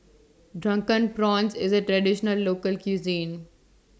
Drunken Prawns IS A Traditional Local Cuisine